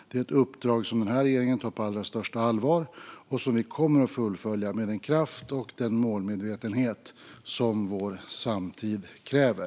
Det är ett uppdrag som den här regeringen tar på allra största allvar och som vi kommer att fullfölja med den kraft och den målmedvetenhet som vår samtid kräver.